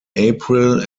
april